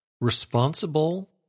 responsible